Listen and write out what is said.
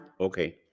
Okay